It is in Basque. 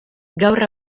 gaur